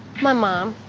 my mom.